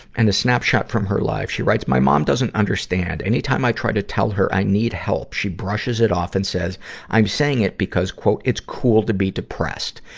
and a snapshot from her life, she writes, my mom doesn't understand. anytime i try to tell her i need help, she brushes it off and says i'm saying it because it's cool to be depressed.